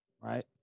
right